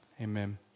amen